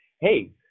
hey